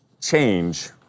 change